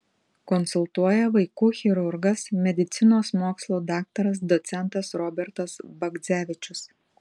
konsultuoja vaikų chirurgas medicinos mokslų daktaras docentas robertas bagdzevičius